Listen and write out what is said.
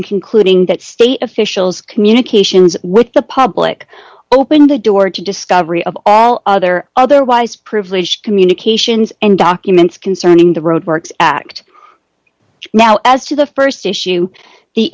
concluding that state officials communications with the public opened the door to discovery of all other otherwise privileged communications and documents concerning the roadworks act now as to the st issue the